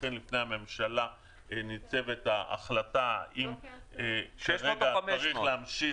לכן בפני הממשלה ניצבת ההחלטה אם צריך להמשיך --- 600 או 500?